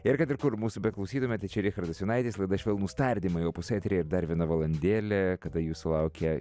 ir kad ir kur mūsų beklausytumėt tai čia richardas jonaitis laida švelnūs tardymai opus eteryje ir dar viena valandėlė kada jūsų laukia